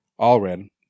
Allred